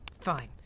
fine